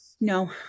No